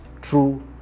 true